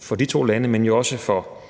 for de to lande, men jo også for